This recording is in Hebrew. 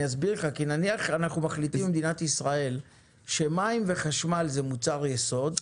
נניח שאנחנו מחליטים במדינת ישראל שמים וחשמל הם מוצרי יסוד,